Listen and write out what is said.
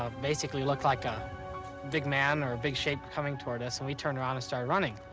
um basically looked like a big man or big shape coming toward us, and we turned around and started running.